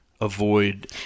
avoid